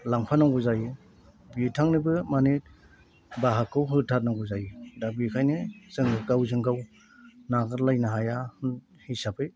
लांफानांगौ जायो बिथांनोबो माने बाहागखौ होथारनांगौ जायो दा बेखायनो जों गावजों गाव नागारलायनो हाया हिसाबै